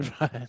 Right